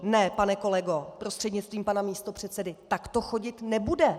Ne, pane kolego prostřednictvím pana místopředsedy, tak to chodit nebude.